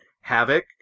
Havoc